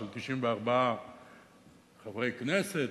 של 94 חברי כנסת,